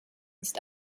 ist